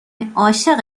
عاشق